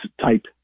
type